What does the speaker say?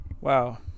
Wow